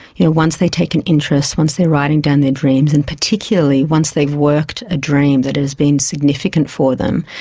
you know once they take an interest, once they're writing down their dreams, and particularly once they've worked a dream that has been significant for them,